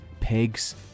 pigs